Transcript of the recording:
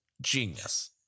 genius